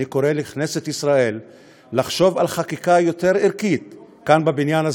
אני קורא לכנסת ישראל לחשוב על חקיקה יותר ערכית כאן בבניין הזה,